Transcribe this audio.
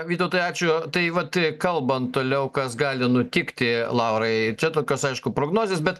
vytautai ačiū tai vat kalbant toliau kas gali nutikti laurai čia tokios aišku prognozės bet